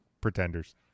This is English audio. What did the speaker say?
pretenders